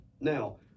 Now